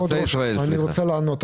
אני רוצה לענות,